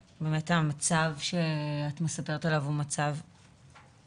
המצב שאת מדברת עליו הוא באמת קשה.